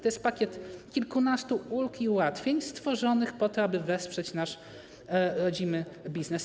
To jest pakiet kilkunastu ulg i ułatwień stworzony po to, aby wesprzeć nasz rodzimy biznes.